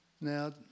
Now